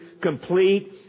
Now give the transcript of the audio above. complete